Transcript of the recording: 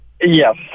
Yes